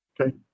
Okay